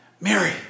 Mary